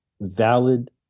valid